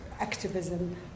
activism